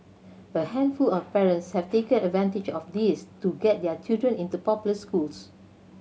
a handful of parents have taken advantage of this to get their children into popular schools